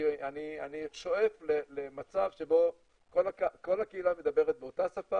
אני שואף למצב שבו כל הקהילה מדברת באותה שפה